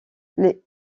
les